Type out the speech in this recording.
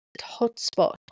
hotspot